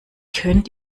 könnt